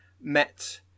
met